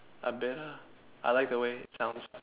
I better I like the way sounds